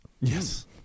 Yes